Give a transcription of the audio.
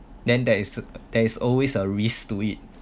then there is a there is always a risk to it